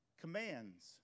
commands